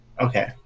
Okay